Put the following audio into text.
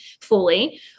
fully